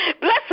Bless